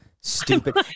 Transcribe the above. stupid